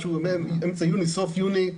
סוף יוני,